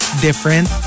Different